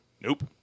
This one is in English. Nope